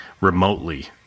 remotely